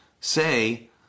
say